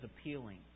appealing